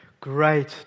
Great